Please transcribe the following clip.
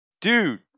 Dude